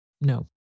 No